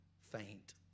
faint